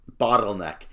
bottleneck